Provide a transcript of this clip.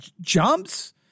jumps